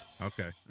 Okay